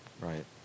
Right